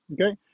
Okay